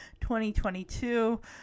2022